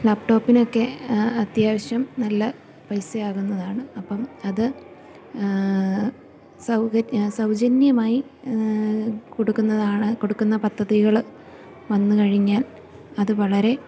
ലാപ്ടോപ്പിനൊക്കെ അത്യാവശ്യം നല്ല പൈസയാകുന്നതാണ് അപ്പം അത് സൗകര്യ സൗജന്യമായി കൊടുക്കുന്നതാണ് കൊടുക്കുന്ന പദ്ധതികള് വന്ന് കഴിഞ്ഞാൽ അത് വളരെ